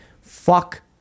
Fuck